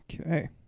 okay